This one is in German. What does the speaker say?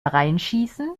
reinschießen